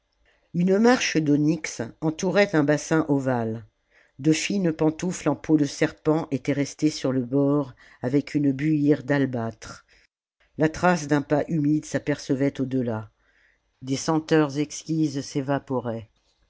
une marche d'onyx entourait un bassin ovale de fines pantoufles en peau de serpent étaient restées sur le bord avec une buire d'albâtre la trace d'un pas humide s'apercevait au delà des senteurs exquises s'évaporaient